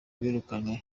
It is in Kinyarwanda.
birukanywe